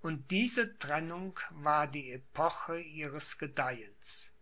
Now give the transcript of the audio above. und diese trennung war die epoche ihres gedeihens